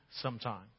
sometime